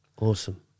Awesome